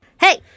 Hey